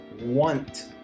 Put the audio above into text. want